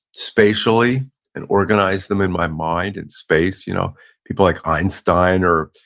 spatially and organize them in my mind and space. you know people like einstein are